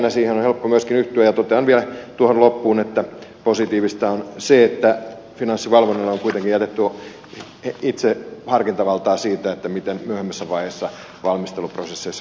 siihen on helppo myöskin yhtyä ja totean vielä tuohon loppuun että positiivista on se että finanssivalvonnalle on kuitenkin jätetty itse harkintavaltaa siitä miten myöhemmässä vaiheessa valmisteluprosesseissa